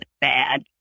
bad